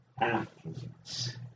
athletes